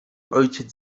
ojciec